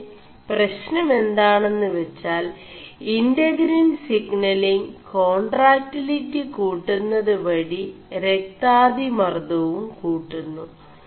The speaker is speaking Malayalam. പേ 4പശ്നം എാെണM് െവgാൽ ഇൻ4ഗീൻ സിPലിംഗ് േകാൺ4ടാക്ിലിി Integrin signalling contractility കൂƒgMത് വഴി ര ാതിമർÇവും കൂƒgMു